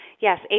Yes